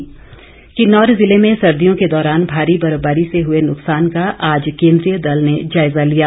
केंद्रीय दल किन्नौर जिले में सर्दियों के दौरान भारी बर्फबारी से हुए नुक्सान का आज केंद्रीय दल ने जायजा लिया